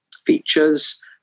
features